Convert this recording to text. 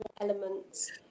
Elements